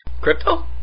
Crypto